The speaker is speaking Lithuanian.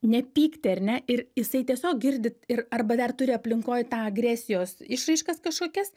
nepykti ar ne ir jisai tiesiog girdi ir arba dar turi aplinkoj tą agresijos išraiškas kažkokias